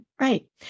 Right